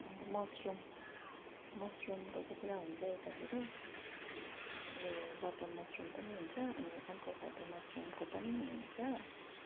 अन्त मसरुम मसरुमको चाहिँ पुरा हुन्छ यतातिर अनि यो बटन मसरुम पनि हुन्छ अनि अर्को खाले मसरुमको पनि हुन्छ